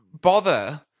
bother